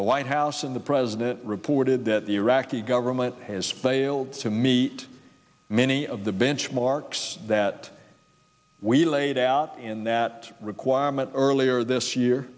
the white house and the president reported that the iraqi government has failed to meet many of the benchmarks that we laid out in that requirement earlier this year